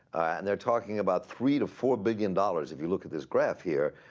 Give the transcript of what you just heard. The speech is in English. and they're talking about three to four billion dollars. if you look at this graph here,